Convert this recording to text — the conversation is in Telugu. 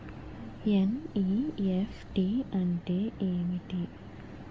ఎన్.ఈ.ఎఫ్.టి అంటే ఏమిటి?